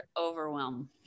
overwhelm